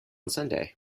sunday